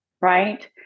right